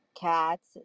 cats